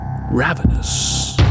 Ravenous